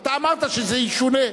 אתה אמרת שזה ישונה,